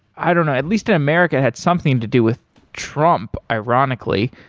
i don't know, at least in america, had something to do with trump, ironically.